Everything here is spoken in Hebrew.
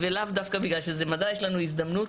לאו דווקא בגלל שזה מדע אלא יש לנו הזדמנות